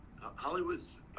Hollywood's